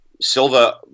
Silva